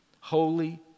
Holy